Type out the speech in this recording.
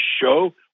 show